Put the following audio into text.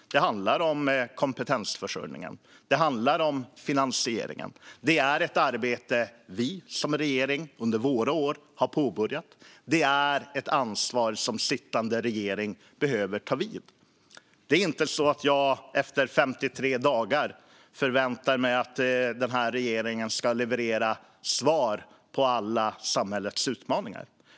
Det handlar om kompetensförsörjningen. Det handlar om finansieringen. Det är ett arbete vi som regering under våra år har påbörjat, och det är ett ansvar som sittande regering behöver ta vid. Det är inte så att jag efter 53 dagar förväntar mig att regeringen ska leverera svar på alla samhällets utmaningar.